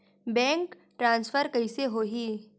Bank transfer कइसे होही?